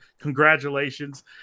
Congratulations